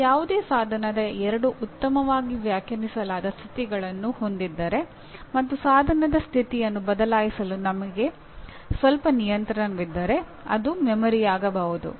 ನಾವು ಯಾವುದೇ ಸಾಧನದ ಎರಡು ಉತ್ತಮವಾಗಿ ವ್ಯಾಖ್ಯಾನಿಸಲಾದ ಸ್ಥಿತಿಗಳನ್ನು ಹೊಂದಿದ್ದರೆ ಮತ್ತು ಸಾಧನದ ಸ್ಥಿತಿಯನ್ನು ಬದಲಾಯಿಸಲು ನಿಮಗೆ ಸ್ವಲ್ಪ ನಿಯಂತ್ರಣವಿದ್ದರೆ ಅದು ಮೆಮೊರಿಯಾಗಬಹುದು